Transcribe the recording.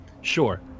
sure